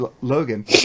Logan